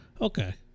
Okay